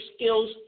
skills